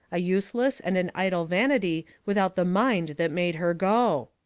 a useless and an idle vanity without the mind that made her go!